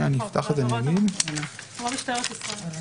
אני אפתח את זה -- כמו משטרת ישראל.